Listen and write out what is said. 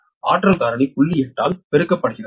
8 ஆல் பெருக்கப்படுகிறது